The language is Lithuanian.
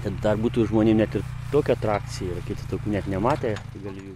ir dar būtų žmonių ne ir tokia atrakcija kiti tokių net nematė galimybių